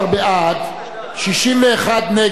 61 נגד, אין נמנעים.